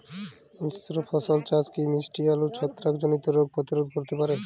মিশ্র ফসল চাষ কি মিষ্টি আলুর ছত্রাকজনিত রোগ প্রতিরোধ করতে পারে?